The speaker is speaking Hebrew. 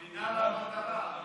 נעלת אותו, כמו כיפת ברזל,